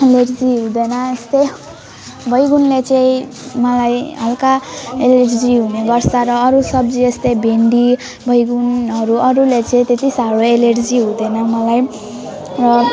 allergy हुँदैन यस्तै बैगुनले चाहिँ मलाई हल्का एलर्जी हुने गर्छ र अरू सब्जी यस्तै भिन्डी बैगुनहरू अरूले चाहिँ त्यति साह्रो एलर्जी हुँदैन मलाई र